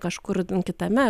kažkur kitame